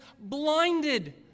blinded